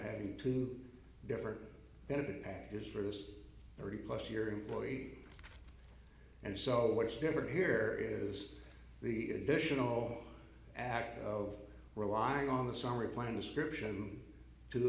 having two different benefit packages for this thirty plus year employee and so the way it's different here is the additional act of relying on the summary plan description to